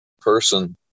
person